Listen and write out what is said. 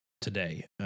today